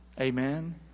Amen